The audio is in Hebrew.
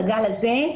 לגל הזה,